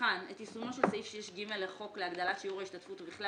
תבחן את יישומו של סעיף 6ג לחוק להגדלת שיעור ההשתתפות ובכלל